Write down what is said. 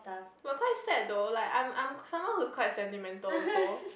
but quite sad though like I'm I'm someone who's quite sentimental also